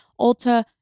Ulta